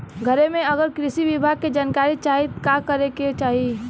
घरे से अगर कृषि विभाग के जानकारी चाहीत का करे के चाही?